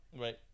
Right